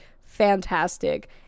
fantastic